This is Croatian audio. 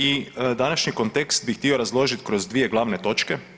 I današnji kontekst bih htio razložit kroz dvije glavne točke.